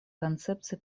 концепции